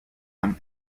comme